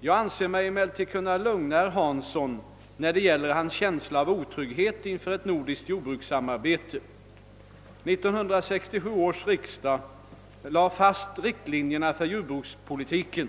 Jag anser mig emellertid kunna lugna herr Hansson när det gäller hans känsla av otrygghet inför ett nordiskt jordbrukssamarbete. 1967 års riksdag lade fast riktlinjerna för jordbrukspolitiken.